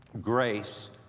grace